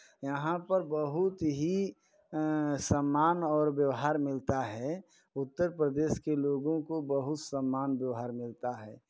यहाँ पर बहुत ही सम्मान और व्यवहार मिलता है उत्तर प्रदेश के लोगों को बहुत सम्मान व्यवहार मिलता है